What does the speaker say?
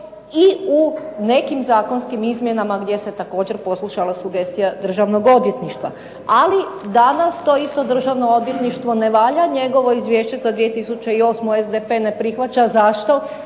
i u nekim zakonskim izmjenama gdje se također poslušala sugestija Državnog odvjetništva. Ali danas to isto Državno odvjetništvo ne valja, njegovo izvješće za 2008. SDP ne prihvaća. Zašto?